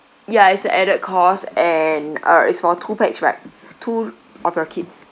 ya it's a added cost and uh is for two pax right two of your kids